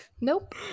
Nope